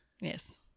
Yes